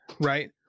right